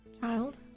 Child